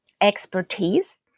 expertise